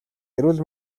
эрүүл